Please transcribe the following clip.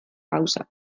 gauzak